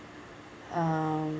um